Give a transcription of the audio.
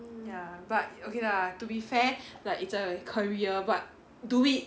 ya but okay lah to be fair like it's a career but do it